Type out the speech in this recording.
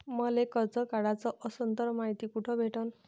मले कर्ज काढाच असनं तर मायती कुठ भेटनं?